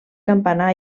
campanar